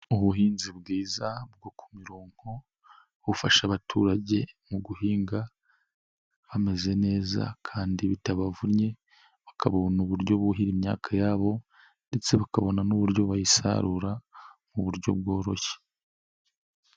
Ubuhinzi bwiza bwo ku mirongo bufasha abaturage mu guhinga bameze neza kandi bitabavunnye, bakabona uburyo buhira imyaka yabo, ndetse bakabona n'uburyo bayisarura mu buryo bworoshye.